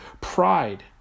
Pride